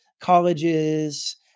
colleges